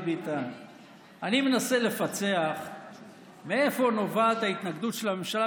אני מנסה לפצח מאיפה נובעת ההתנגדות של הממשלה,